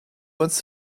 wants